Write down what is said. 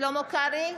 שלמה קרעי,